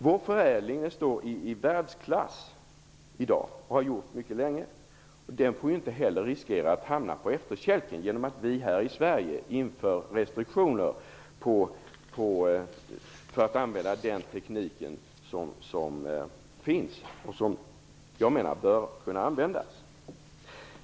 Vår förädling står i dag i världsklass och har gjort det mycket länge. Vi får inte riskera att den hamnar på efterkälken genom att vi här i Sverige inför restriktioner för att använda den teknik som finns och som jag menar bör kunna användas.